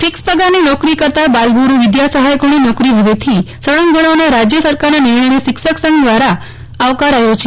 fix પગારની નોકરી કરતા બાલગુરૂ વિદ્યાસફાયકોની નોકરી ફવેથી સળંગ ગણવાના રાજ્ય સરકારના નિર્ણયને શિક્ષકસંઘ દ્વારા આવકારાથો છે